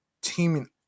teaming